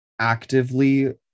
actively